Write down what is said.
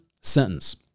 sentence